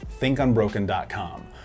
thinkunbroken.com